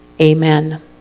amen